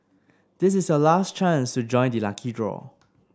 this is your last chance to join the lucky draw